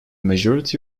majority